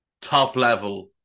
top-level